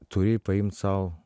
turi paimt sau